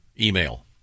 Email